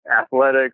athletics